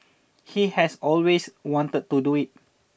he has always wanted to do it